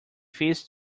fizz